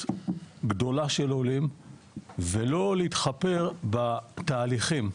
גדולה של עולים ולא להתחפר בתהליכים,